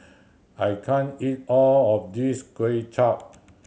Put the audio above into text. I can't eat all of this Kuay Chap